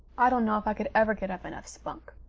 i dunno if i could ever get up enough spunk.